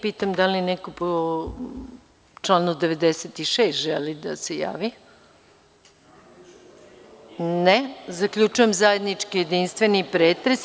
Da li neko po članu 96. želi da se javi? (Ne.) Zaključujem zajednički jedinstveni pretres.